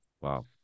Wow